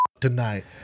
tonight